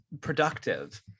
productive